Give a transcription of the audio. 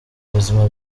ubuzima